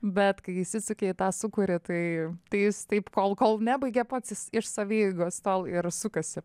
bet kai įsisuki į tą sūkurį tai tai jis taip kol kol nebaigė pats jis iš savieigos tol ir sukasi